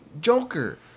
Joker